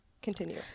continue